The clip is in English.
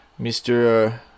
Mr